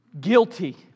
guilty